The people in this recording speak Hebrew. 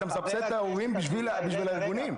אתה מסבסד את ההורים בשביל הארגונים.